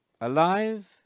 alive